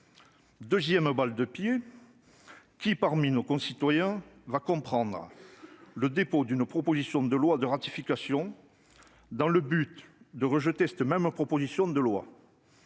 Deuxième balle dans le pied : qui, parmi nos concitoyens, comprendra que l'on dépose une proposition de loi de ratification dans le but de rejeter cette même proposition ?